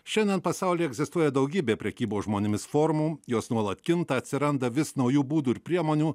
šiandien pasaulyje egzistuoja daugybė prekybos žmonėmis formų jos nuolat kinta atsiranda vis naujų būdų ir priemonių